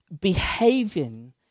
behaving